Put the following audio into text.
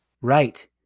Right